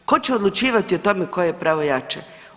Tko će odlučivati o tome koje je pravo jače?